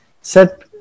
set